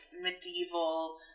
medieval